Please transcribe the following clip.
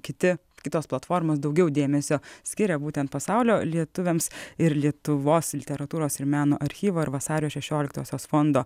kiti kitos platformos daugiau dėmesio skiria būtent pasaulio lietuviams ir lietuvos literatūros ir meno archyvo ir vasario šešioliktosios fondo